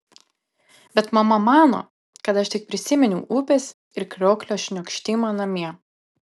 bet mama mano kad aš tik prisiminiau upės ir krioklio šniokštimą namie